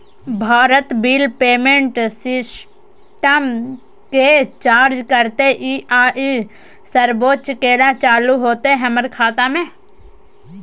Bharat bill payment system के charge कत्ते इ आ इ सर्विस केना चालू होतै हमर खाता म?